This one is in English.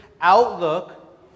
Outlook